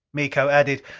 miko added,